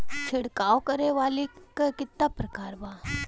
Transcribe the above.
छिड़काव करे वाली क कितना प्रकार बा?